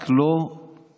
רק לא נתניהו.